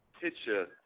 picture